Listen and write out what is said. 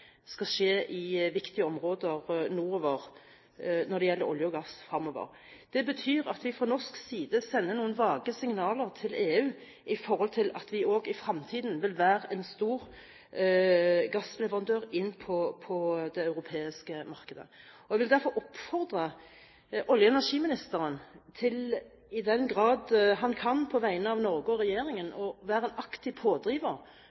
skal skje fremover i viktige områder nordover når det gjelder olje og gass. Det betyr at vi fra norsk side sender noen vage signaler til EU om vi også i fremtiden vil være en stor gassleverandør på det europeiske markedet. Jeg vil derfor oppfordre olje- og energiministeren – i den grad han kan – til på vegne av Norge og regjeringen å være en aktiv pådriver